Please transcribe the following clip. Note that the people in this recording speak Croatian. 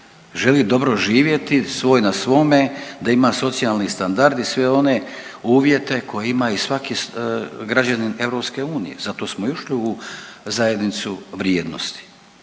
Želi dobro živjeti, svoj na svome, da ima socijalni standard i sve one uvjete koje ima i svaki građanin EU, zato smo i ušli u zajednicu vrijednosti,